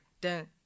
Dun